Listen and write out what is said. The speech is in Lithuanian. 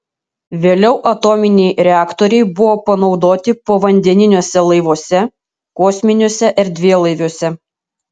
vėliau atominiai reaktoriai buvo panaudoti povandeniniuose laivuose kosminiuose erdvėlaiviuose